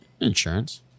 insurance